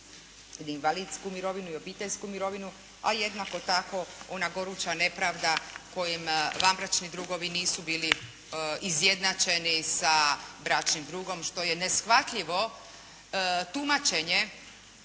invalidsku mirovinu i obiteljsku mirovinu, a jednako tako ona goruća nepravda kojim vanbračni drugovi nisu bili izjednačeni sa bračnim drugom što je neshvatljivo tumačenje